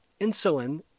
insulin